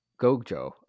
Gogjo